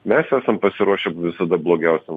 mes esam pasiruošę visada blogiausiam